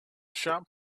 shop